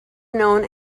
known